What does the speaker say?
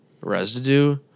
residue